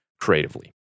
creatively